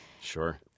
Sure